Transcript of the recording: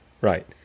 Right